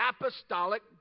apostolic